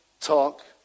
talk